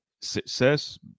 success